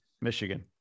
Michigan